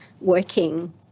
working